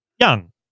young